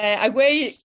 away